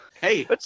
hey